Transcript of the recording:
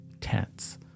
tense